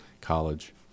college